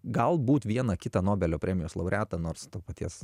galbūt vieną kitą nobelio premijos laureatą nors to paties